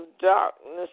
darkness